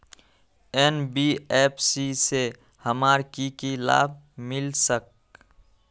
NBFC से हमार की की लाभ मिल सक?